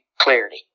clarity